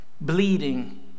bleeding